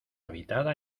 habitada